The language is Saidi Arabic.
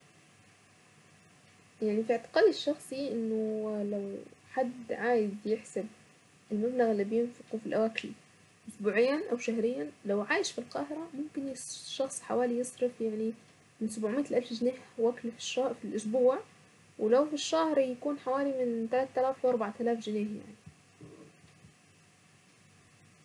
يعني في اعتقادي الشخصي انه لو حد عايز يحسب المبلغ اللي بينفقه في الوكل اسبوعيا او شهريا لو عايش في القاهرة ممكن الشخص حوالي يصرف يعني من سبعمائة ل الف جنيه واكل في الاسبوع ولو في الشهر يكون حوالي من تلت الاف لاربع الاف.